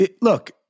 Look